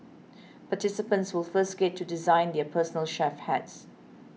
participants will first get to design their personal chef hats